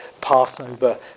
Passover